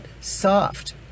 soft